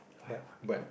but but